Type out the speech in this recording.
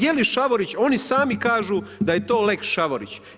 Je li Šavorić, oni sami kažu, da je to lex Šavorić.